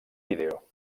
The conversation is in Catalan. vídeo